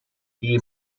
die